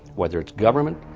whether it's government,